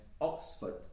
Oxford